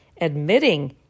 admitting